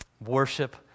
Worship